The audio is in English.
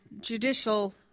judicial